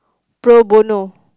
pro bono